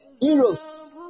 heroes